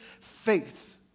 faith